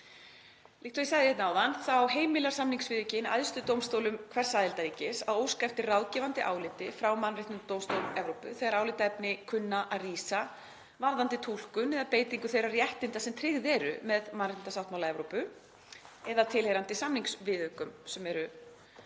Líkt og ég sagði áðan þá heimilar samningsviðaukinn æðstu dómstólum hvers aðildarríkis að óska eftir ráðgefandi áliti frá Mannréttindadómstóli Evrópu þegar álitaefni kunna að rísa varðandi túlkun eða beitingu þeirra réttinda sem tryggð eru með mannréttindasáttmála Evrópu eða tilheyrandi samningsviðaukum, sem eru